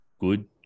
good